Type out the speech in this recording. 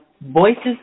Voices